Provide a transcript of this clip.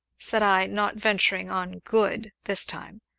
said i, not venturing on good, this time.